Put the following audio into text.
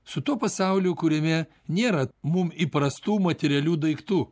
su tuo pasauliu kuriame nėra mum įprastų materialių daiktų